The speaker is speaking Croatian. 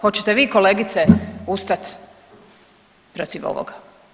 Hoćete vi kolegice ustat protiv ovoga?